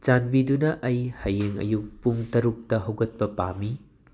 ꯆꯥꯟꯕꯤꯗꯨꯅ ꯑꯩ ꯍꯌꯦꯡ ꯑꯌꯨꯛ ꯄꯨꯡ ꯇꯔꯨꯛꯇ ꯍꯩꯒꯠꯄ ꯄꯥꯝꯃꯤ